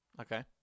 Okay